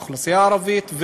באוכלוסייה הערבית,